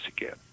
again